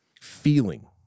feeling